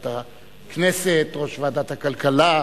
ועדת הכנסת, ראש ועדת הכלכלה,